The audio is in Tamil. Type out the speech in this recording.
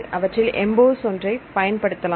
அவற்றில் எம்போஸ் ஒன்றைப் பயன்படுத்தலாம்